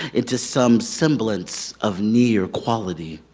into some semblance of near quality.